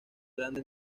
grande